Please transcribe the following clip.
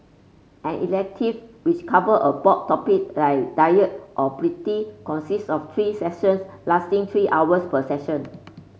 an elective which cover a broad topics like diet or pretty consists of three sessions lasting three hours per session